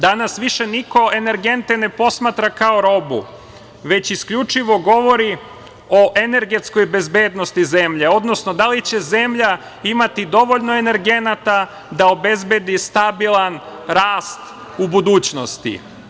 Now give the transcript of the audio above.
Danas više niko energente ne posmatra kao robu, već isključivo govori o energetskoj bezbednosti zemlje, odnosno da li će zemlja imati dovoljno energenata da obezbedi stabilan rast u budućnosti.